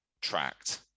tracked